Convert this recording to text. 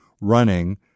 running